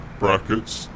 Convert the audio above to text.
brackets